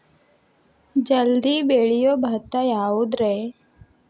ಜಲ್ದಿ ಬೆಳಿಯೊ ಭತ್ತ ಯಾವುದ್ರೇ?